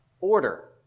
order